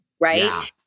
right